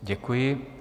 Děkuji.